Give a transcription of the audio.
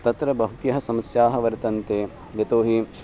तत्र बहव्यः समस्याः वर्तन्ते यतोहि